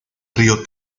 río